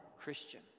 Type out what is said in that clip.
Christian